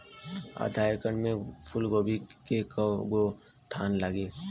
आधा एकड़ में फूलगोभी के कव गो थान लागी?